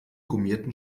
gummierten